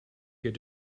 get